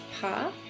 Path